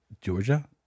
Georgia